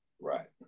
right